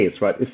right